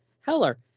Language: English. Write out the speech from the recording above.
Heller